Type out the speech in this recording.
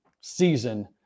season